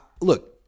Look